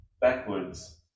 Backwards